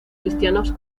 cristianos